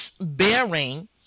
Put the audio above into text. bearing